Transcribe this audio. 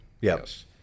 Yes